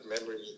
memories